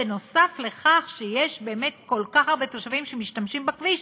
נוסף על כך שיש באמת כל כך הרבה תושבים שמשתמשים בכביש,